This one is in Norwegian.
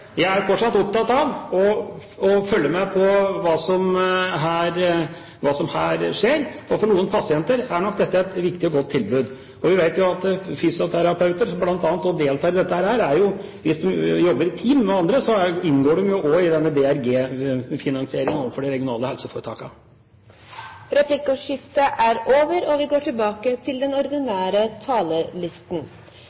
jeg er fortsatt opptatt av å følge med på hva som her skjer, for for noen pasienter er nok dette et viktig og godt tilbud. Vi vet jo at fysioterapeuter bl.a. også deltar i dette, og hvis man jobber i team med andre, så inngår man jo også i DRG-finansieringen overfor de regionale helseforetakene. Replikkordskiftet er over. For halvannen uke siden hadde vi finansdebatten i denne sal. Det var en litt spesiell opplevelse. Regjeringspartiene sa nesten ingen ting om sin egen politikk, men vi